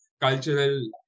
cultural